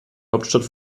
hauptstadt